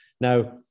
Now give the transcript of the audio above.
Now